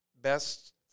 best